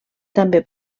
també